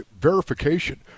verification